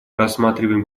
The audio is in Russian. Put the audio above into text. рассматриваем